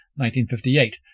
1958